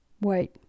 Wait